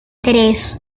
tres